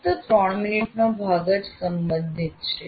ફક્ત 3 મિનિટનો ભાગ જ સંબંધિત છે